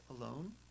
alone